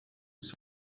saint